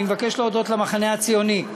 אני מבקש להודות למחנה הציוני,